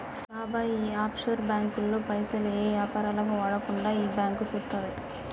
బాబాయ్ ఈ ఆఫ్షోర్ బాంకుల్లో పైసలు ఏ యాపారాలకు వాడకుండా ఈ బాంకు సూత్తది